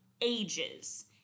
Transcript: ages